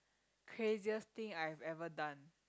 craziest thing I have ever done